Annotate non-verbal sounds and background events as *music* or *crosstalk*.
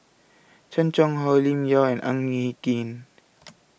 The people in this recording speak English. Chan Chang How Lim Yau and Ang Hin Kee *noise*